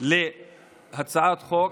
להצעת חוק,